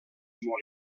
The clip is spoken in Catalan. molt